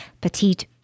petite